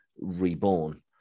reborn